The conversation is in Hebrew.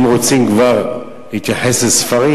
אם כבר רוצים להתייחס לספרים,